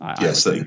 Yes